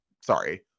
sorry